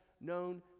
known